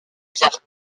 pierre